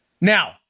Now